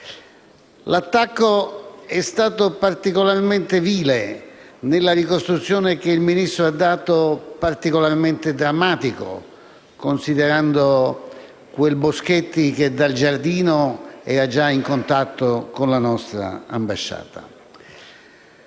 L'attacco è stato particolarmente vile e, nella ricostruzione che il Ministro ha dato, particolarmente drammatico, considerando quel Boschetti che dal giardino era già in contatto la nostra ambasciata.